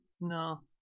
no